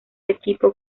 equipo